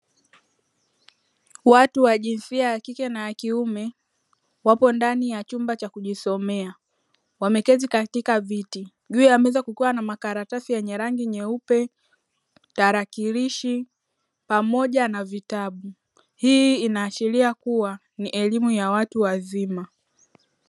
Watu wa jinsia ya kike na ya kiume wapo ndani ya chumba cha kujisomea wameketi katika viti, juu ya meza kukiwa na makaratasi yenye rangi nyeupe, tarakirishi pamoja na vitabu. Hii inaashiria kuwa ni elimu ya watu wazima.